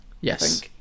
Yes